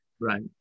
Right